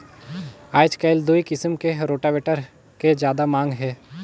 आयज कायल दूई किसम के रोटावेटर के जादा मांग हे